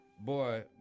boy